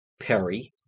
Perry